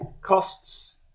costs